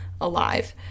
alive